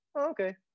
okay